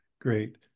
Great